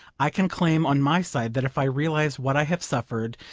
i can claim on my side that if i realise what i have suffered,